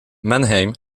mannheim